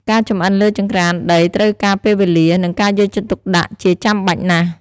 ការចម្អិនលើចង្រ្កានដីត្រូវការពេលវេលា និងការយកចិត្តទុកដាក់ជាចាំបាច់ណាស់។